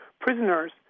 prisoners